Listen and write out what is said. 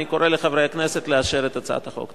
אני קורא לחברי הכנסת לאשר את הצעת החוק.